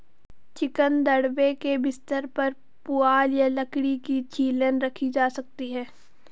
chicken दड़बे के बिस्तर पर पुआल या लकड़ी की छीलन रखी जा सकती है